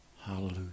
Hallelujah